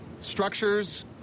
structures